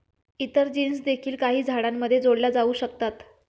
इतर जीन्स देखील काही झाडांमध्ये जोडल्या जाऊ शकतात